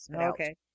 okay